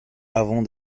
avant